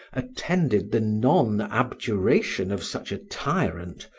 attended the non-abjuration of such a tyrant,